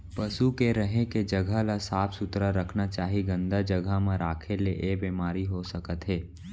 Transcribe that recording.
पसु के रहें के जघा ल साफ सुथरा रखना चाही, गंदा जघा म राखे ले ऐ बेमारी हो सकत हे